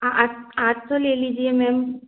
आठ आठ सौ ले लीजिए मेम